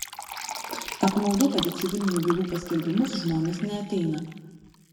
apmaudu kad į civilinių bylų paskelbimus žmonės neateina